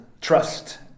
trust